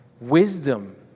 Wisdom